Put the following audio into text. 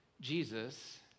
Jesus